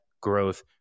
growth